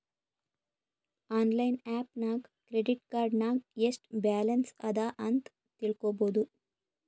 online app ನಾಗ್ credit card ನಾಗ್ ಎಸ್ಟ್ ಬ್ಯಾಲನ್ಸ್ ಅದಾ ಅಂತ್ ತಿಳ್ಕೊಬೋದು